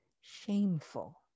shameful